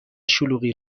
شلوغی